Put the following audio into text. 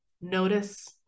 Notice